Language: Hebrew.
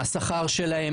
השכר שלהם,